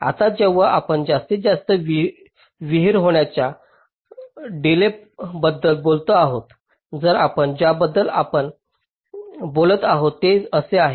आता जेव्हा आपण जास्तीत जास्त विहिर होण्याच्या डिलेजबद्दल बोलत आहोत तर आपण ज्याबद्दल बोलत आहोत ते असे आहे